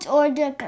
order